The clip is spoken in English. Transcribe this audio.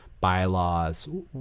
bylaws